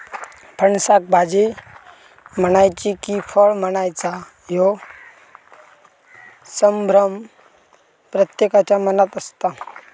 फणसाक भाजी म्हणायची कि फळ म्हणायचा ह्यो संभ्रम प्रत्येकाच्या मनात असता